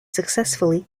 successfully